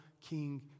King